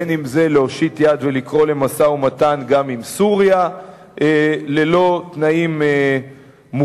בין אם זה להושיט יד ולקרוא למשא-ומתן גם עם סוריה ללא תנאים מוקדמים,